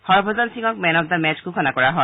হৰভজন সিঙক man of the match ঘোষণা কৰা হয়